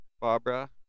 Barbara